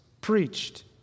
preached